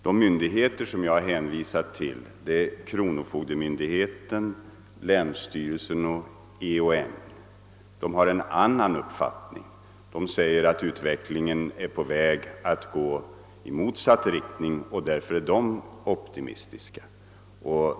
De myndigheter som jag hänvisat till — kronofogdemyndigheten, länsstyrelsen och exekutionsväsendets organisationsnämnd — har en annan uppfattning. De säger att utvecklingen är på väg att gå i motsatt riktning, och därför är de optimistiska.